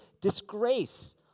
disgrace